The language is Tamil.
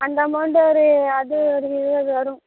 அந்த அமௌண்டு ஒரு அது ஒரு இருபது வரும்